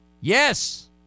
Yes